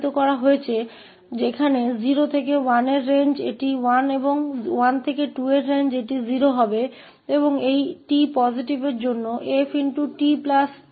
तो यहां 0 से 1 की सीमा में यह 1 और 1 से 2 है यह इस 𝑓𝑡 2 𝑓𝑡 के साथ 0 है𝑡 सकारात्मक के लिए